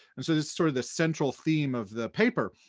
and so this is sort of the central theme of the paper.